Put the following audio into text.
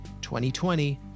2020